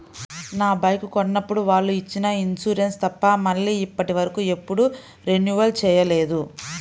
నా బైకు కొన్నప్పుడు వాళ్ళు ఇచ్చిన ఇన్సూరెన్సు తప్ప మళ్ళీ ఇప్పటివరకు ఎప్పుడూ రెన్యువల్ చేయలేదు